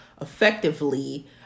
effectively